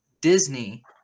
Disney